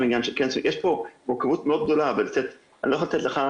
יש פה מורכבות מאוד גדולה ואני לא יכול להגיד לך,